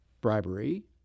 bribery